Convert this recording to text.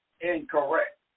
incorrect